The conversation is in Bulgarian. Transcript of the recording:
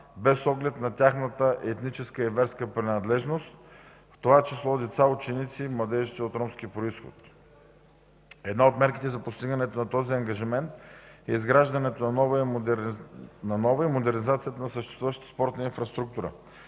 без оглед на тяхната етническа и верска принадлежност, в това число деца, ученици и младежи от ромски произход. Една от мерките за постигане на този ангажимент е изграждането на нова и модернизацията на съществуващата спортна инфраструктура.